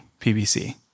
PBC